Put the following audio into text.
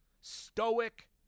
stoic